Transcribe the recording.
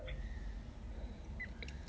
no what are they doing